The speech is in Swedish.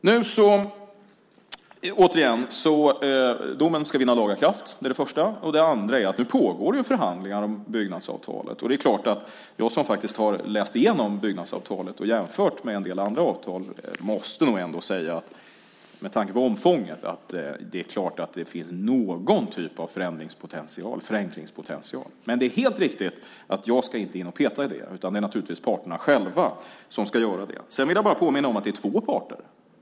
Nu ska domen vinna laga kraft. Det är det första. Det andra är att det nu pågår förhandlingar om Byggnadsavtalet. Jag som faktiskt har läst igenom Byggnadsavtalet och jämfört det med en del andra avtal måste nog ändå, med tanke på omfånget, säga att det är klart att det finns någon typ av förenklingspotential. Men det är helt riktigt att jag inte ska in och peta i det, utan det är naturligtvis parterna själva som ska göra det. Sedan vill jag bara påminna om att det är två parter i detta.